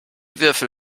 würfel